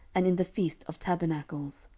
and in the feast of tabernacles.